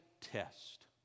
test